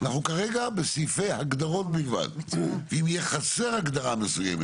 אנחנו כרגע בסעיפי הגדרות בלבד ואם תהיה חסרה הגדרה מסוימת